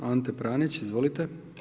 Ante Pranić, izvolite.